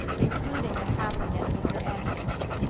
including the happiness of your enemies.